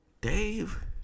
Dave